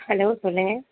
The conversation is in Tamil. ஹலோ சொல்லுங்க